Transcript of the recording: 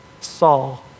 Saul